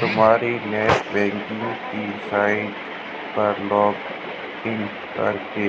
तुम्हारी नेटबैंकिंग की साइट पर लॉग इन करके